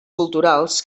culturals